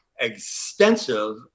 extensive